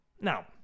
now